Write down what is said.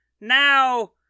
Now